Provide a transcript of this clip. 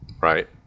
right